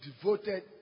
devoted